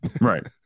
Right